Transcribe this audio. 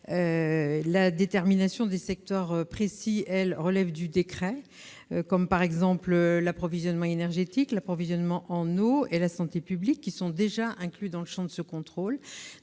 La détermination des secteurs précis relève du décret, comme l'approvisionnement énergétique, l'approvisionnement en eau et la santé publique, qui sont déjà inclus dans le champ de ce contrôle.